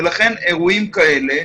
לכן אירועים כאלה,